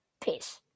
Peace